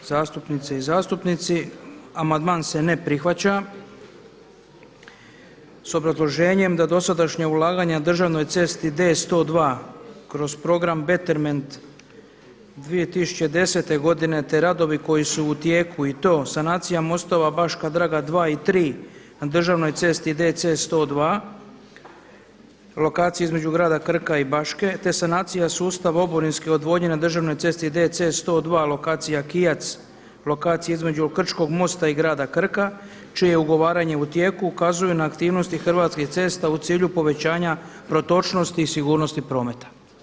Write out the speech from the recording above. Zastupnice i zastupnici amandman se ne prihvaća s obrazloženjem da dosadašnja ulaganja državnoj cesti D102 kroz program Betterment 2010. godine te radovi koji su u tijeku i to sanacija mostova Baška Draga 2 i 3 na državnoj cesti DC102, lokacije između Grada Krka i Baške te sanacija sustava oborinske odvodnje na državnoj cesti DC102 lokacija Kijac, lokacija između Krčkog mosta i Grada Krka čije je ugovaranje u tijeku ukazuje na aktivnosti Hrvatskih cesta u cilju povećanja protočnosti i sigurnosti prometa.